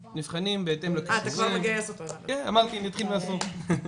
לשירות, אמרתי אני אתחיל מהסוף.